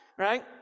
Right